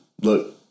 Look